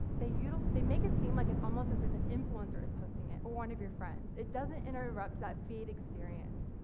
they you know they make it seem like it's almost as if an influencer is posting it or one of your friends. it doesn't interrupt that feed experience,